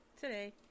Today